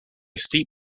steep